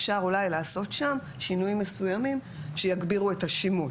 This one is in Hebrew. אפשר אולי לעשות שם שינויים מסוימים שיגבירו את השימוש,